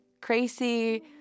crazy